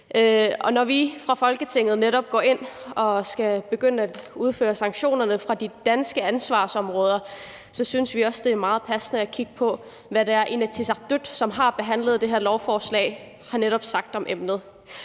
går ind og skal begynde at udføre sanktionerne på de danske ansvarsområder, synes vi også, det er meget passende at kigge på, hvad det er, Inatsisartut, som har behandlet det her lovforslag, netop har sagt om emnet.